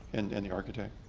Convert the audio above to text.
and and the architect.